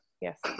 yes